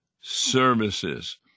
services